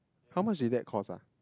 how much did that cost ah